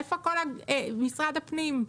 איפה משרד הפנים,